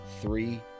Three